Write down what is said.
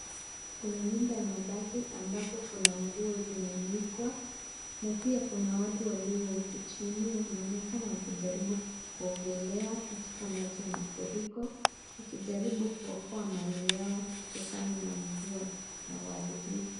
Kuna nyumba ya mabati ambapo kuna nguo zimeanikwa na pia kuna watu walio huku chini. Wanaonekana wakijaribu kuogelea katika maji ya mafuriko wakijaribu kuokoa mali yao kutokana na mvua na uharibifu.